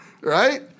Right